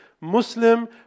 Muslim